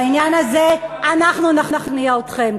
בעניין הזה אנחנו נכניע אתכם.